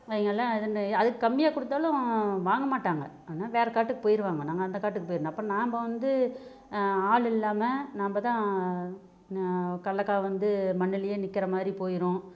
அவங்கல்லாம் அதுக்கு கம்மியாக கொடுத்தாலும் வாங்க மாட்டாங்க ஆனால் வேறு காட்டுக்கு போயிருவாங்க நாங்கள் அந்த காட்டுக்கு போயிருன்னு அப்போ நாம்ப வந்து ஆளு இல்லாம நம்ப தான் கல்லக்காய் வந்து மண்ணுலையே நிற்கிற மாதிரி போயிரும்